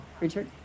richard